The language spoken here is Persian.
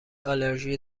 آلرژی